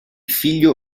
figlio